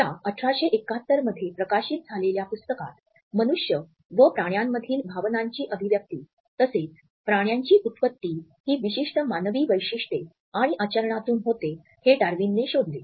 या १८७१ मध्ये प्रकाशित झालेल्या पुस्तकात मनुष्य व प्राण्यांमधील भावनांची अभिव्यक्ती तसेच प्राण्यांची उत्पत्ती ही विशिष्ट मानवी वैशिष्ट्ये आणि आचरणातून होते हे डार्विनने शोधले